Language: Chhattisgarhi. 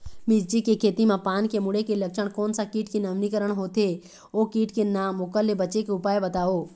मिर्ची के खेती मा पान के मुड़े के लक्षण कोन सा कीट के नवीनीकरण होथे ओ कीट के नाम ओकर ले बचे के उपाय बताओ?